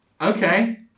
Okay